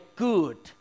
good